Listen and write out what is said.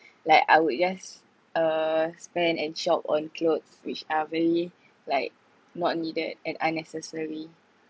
like I would just uh spend and shop on clothes which are really like not needed and unnecessary